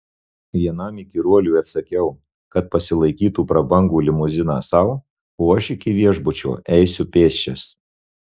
vienam įkyruoliui atsakiau kad pasilaikytų prabangų limuziną sau o aš iki viešbučio eisiu pėsčias